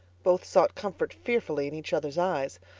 both sought comfort fearfully in each other's eyes.